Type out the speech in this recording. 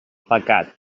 pecat